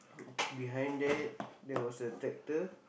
behind that there was a tractor